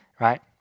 right